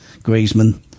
Griezmann